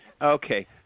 Okay